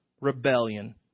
rebellion